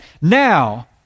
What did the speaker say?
now